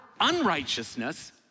unrighteousness